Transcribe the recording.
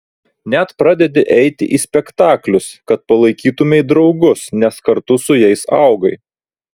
net pradedi eiti į spektaklius kad palaikytumei draugus nes kartu su jais augai